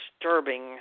disturbing